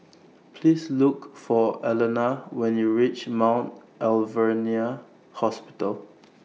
Please Look For Alana when YOU REACH Mount Alvernia Hospital